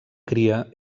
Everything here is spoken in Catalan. cria